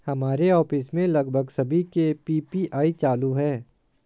हमारे ऑफिस में लगभग सभी के पी.पी.आई चालू है